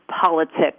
politics